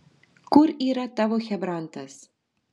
kur yra tavo chebrantas